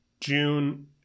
June